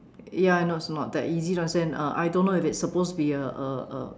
ya I know it's not that easy as in I don't know if it's supposed to be a a